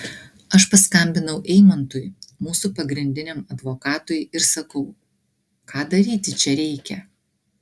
aš paskambinau eimantui mūsų pagrindiniam advokatui ir sakau ką daryti čia reikia